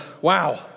Wow